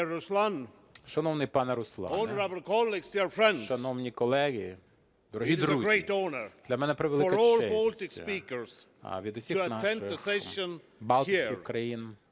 Шановний пане Руслане, шановні колеги, дорогі друзі! Для мене превелика честь від усіх наших балтійських країн